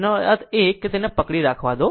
આનો અર્થ એ કે તેને પકડી રાખવા દો